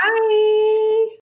Bye